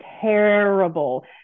terrible